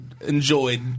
enjoyed